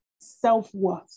self-worth